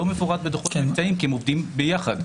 לא מפורט בדוחות כי הם עובדים ביחד.